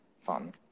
fun